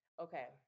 Okay